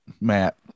Matt